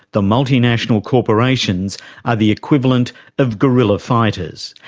the multinational corporations are the equivalent of guerrilla fighters.